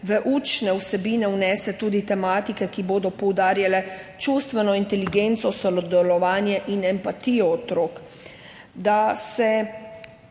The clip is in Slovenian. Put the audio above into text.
v učne vsebine vnese tudi tematike, ki bodo poudarjale čustveno inteligenco, sodelovanje in empatijo otrok.